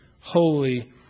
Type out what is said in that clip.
holy